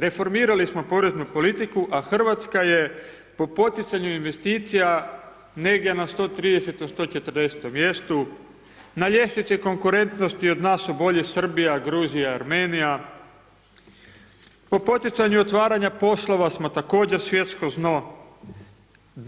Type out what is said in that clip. Reformirali smo poreznu politiku a Hrvatska je po poticaju investicija negdje na 130., 140. mjestu, na ljestvici konkurentnosti od nas su bolju Srbija, Gruzija, Armenija, po poticanju otvaranja poslova smo također svjetsko dno,